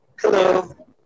Hello